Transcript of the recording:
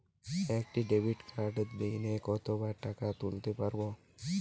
একটি ডেবিটকার্ড দিনে কতবার টাকা তুলতে পারব?